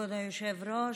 כבוד היושב-ראש,